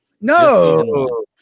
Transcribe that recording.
No